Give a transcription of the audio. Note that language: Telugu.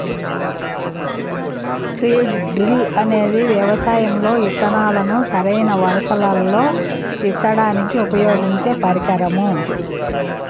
సీడ్ డ్రిల్ అనేది వ్యవసాయం లో ఇత్తనాలను సరైన వరుసలల్లో ఇత్తడానికి ఉపయోగించే పరికరం